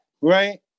Right